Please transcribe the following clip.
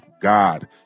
God